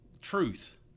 truth